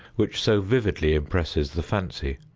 which so vividly impresses the fancy.